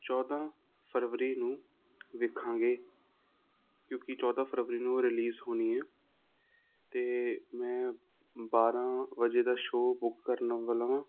ਚੌਦ੍ਹਾਂ ਫਰਵਰੀ ਨੂੰ ਵੇਖਾਂਗੇ ਕਿਉਂਕਿ ਚੌਦ੍ਹਾਂ ਫਰਵਰੀ ਨੂੰ ਉਹ ਰਿਲੀਜ਼ ਹੋਣੀ ਹੈ ਅਤੇ ਮੈਂ ਬਾਰ੍ਹਾਂ ਵਜੇ ਦਾ ਸ਼ੋਅ ਬੁੱਕ ਕਰਨ ਵੱਲੋਂ